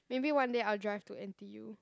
maybe one day I'll drive to n_t_u